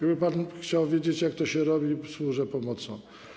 Gdyby pan chciał wiedzieć, jak to się robi, służę pomocą.